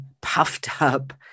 puffed-up